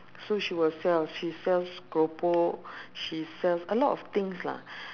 so she will sell she sells keropok she sells a lot of things lah